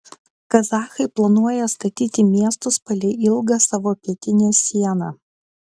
kazachai planuoja statyti miestus palei ilgą savo pietinę sieną